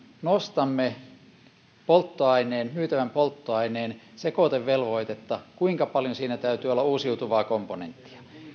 nostamme myytävän polttoaineen sekoitevelvoitetta kuinka paljon siinä täytyy olla uusiutuvaa komponenttia